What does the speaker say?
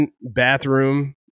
bathroom